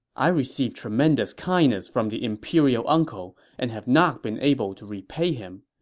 i received tremendous kindness from the imperial uncle and have not been able to repay him.